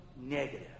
negative